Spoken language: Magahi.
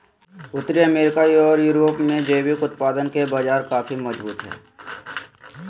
उत्तरी अमेरिका ओर यूरोप में जैविक उत्पादन के बाजार काफी मजबूत हइ